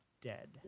dead